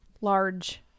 Large